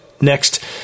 Next